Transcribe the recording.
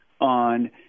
on